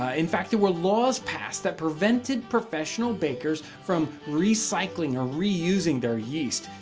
ah in fact there were laws passed that prevented professional bakers from recycling or reusing they're yeast,